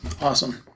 Awesome